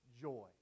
joy